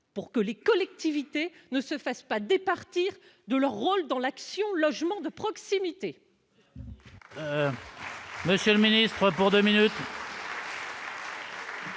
pour que les collectivités ne se fasse pas départir de leur rôle dans l'Action logement de proximité.